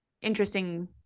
interesting